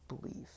belief